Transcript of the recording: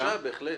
בבקשה, בהחלט.